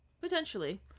Potentially